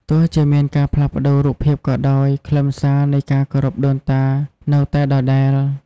ទោះជាមានការផ្លាស់ប្ដូររូបភាពក៏ដោយ ខ្លឹមសារនៃការគោរពដូនតានៅតែដដែល។